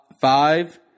five